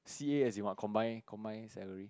C A as in what combine combine salary